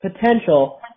potential